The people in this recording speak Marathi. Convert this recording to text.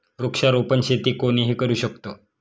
वृक्षारोपण शेती कोणीही करू शकतो